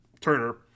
Turner